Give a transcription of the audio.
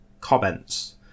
comments